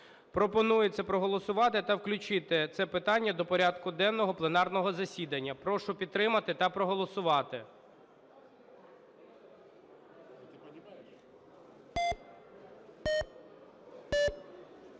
Пропонується проголосувати та включити це питання до порядку денного пленарного засідання. Прошу підтримати та проголосувати.